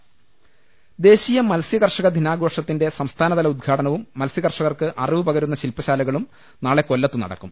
രുട്ടിട്ട്ട്ട്ട്ട്ട്ട ദേശീയ മത്സ്യകർഷക ദിനാഘോഷത്തിന്റെ സംസ്ഥാനതല ഉദ്ഘാടനവും മത്സ്യ കർഷകർക്ക് അറിവു പകരുന്ന ശില്പശാലകളും നാളെ കൊല്ലത്ത് നടക്കും